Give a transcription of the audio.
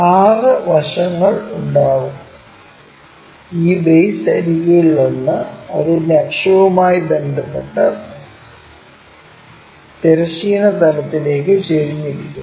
6 വശങ്ങൾ ഉണ്ടാകും ഈ ബേസ് അരികുകളിലൊന്ന് അതിന്റെ അക്ഷവുമായി ബന്ധപ്പെട്ട് തിരശ്ചീന തലത്തിലേക്ക് ചരിഞ്ഞിരിക്കും